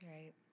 Right